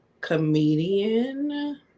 comedian